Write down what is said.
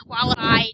qualified